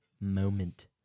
moment